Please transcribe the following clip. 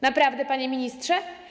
Naprawdę, panie ministrze?